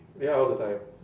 ya all the time